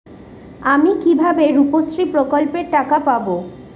আমি কিভাবে রুপশ্রী প্রকল্পের টাকা পাবো?